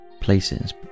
places